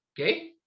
Okay